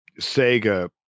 Sega